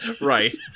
Right